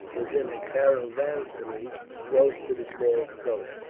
was in a caravansary close to the small pagoda.